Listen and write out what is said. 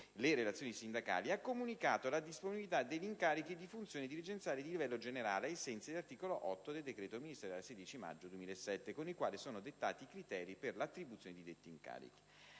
le relazioni sindacali ha comunicato la disponibilità degli incarichi di funzione dirigenziale di livello generale, ai sensi dell'articolo 8 del decreto ministeriale 16 maggio 2007 con il quale sono dettati i criteri per l'attribuzione di detti incarichi.